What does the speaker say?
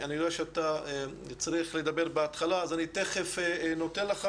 אני רואה שאתה צריך לדבר בהתחלה, אז תכף אתן לך.